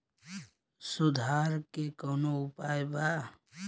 सुधार के कौनोउपाय वा?